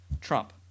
Trump